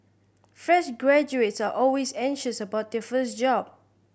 fresh graduates are always anxious about their first job